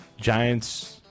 Giants